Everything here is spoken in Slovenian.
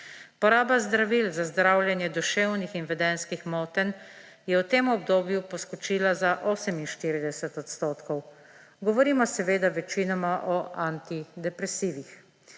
Poraba zdravil za zdravljenje duševnih in vedenjskih motenj je v tem obdobju poskočila za 48 odstotkov. Govorimo seveda večinoma o antidepresivih.